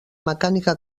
mecànica